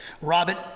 Robert